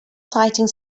sighting